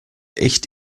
echt